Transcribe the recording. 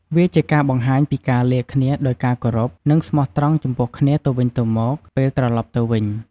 វាជាការបង្ហាញពីការលាគ្នាដោយការគោរព និងស្មោះត្រង់ចំពោះគ្នាទៅវិញទៅមកពេលត្រឡប់ទៅវិញ។